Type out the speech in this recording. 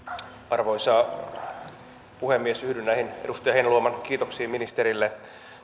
arvoisa puhemies yhdyn näihin edustaja heinäluoman kiitoksiin ministerille